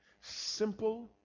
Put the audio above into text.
Simple